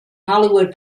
hollywood